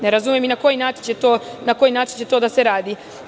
Ne razumem na koji način će to da se rade.